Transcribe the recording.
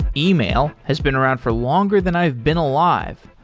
email has been around for longer than i've been alive,